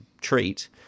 treat